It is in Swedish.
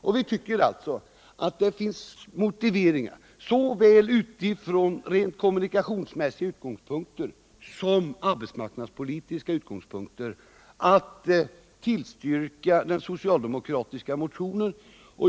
Det finns sålunda motiveringar från såväl rent kommunikationsmässiga som arbetsmarknadspolitiska utgångspunkter att tillstyrka den socialdemokratiska motionen.